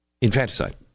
infanticide